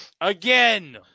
Again